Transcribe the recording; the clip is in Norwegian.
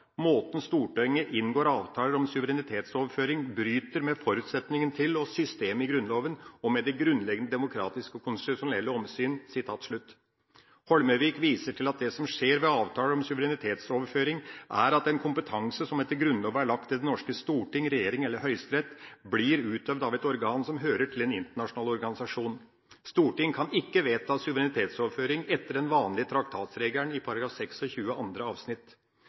Stortinget inngår avtaler om suverenitetsoverføring bryt med føresetnaden til og systemet i Grunnlova og med grunnleggjande demokratiske og konstitusjonelle omsyn.» Holmøyvik viser til at det som skjer ved avtaler om suverenitetsoverføring, er at en kompetanse som etter Grunnloven er lagt til Det norske storting, regjering eller Høyesterett, blir utøvd av et organ som hører til en internasjonal organisasjon. Stortinget kan ikke vedta suverenitetsoverføring etter den vanlige traktatregelen i § 26 andre avsnitt.